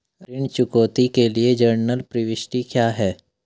ऋण चुकौती के लिए जनरल प्रविष्टि क्या है?